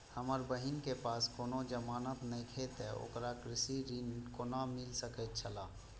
हमर बहिन के पास कोनो जमानत नेखे ते ओकरा कृषि ऋण कोना मिल सकेत छला?